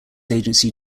agency